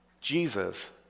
Jesus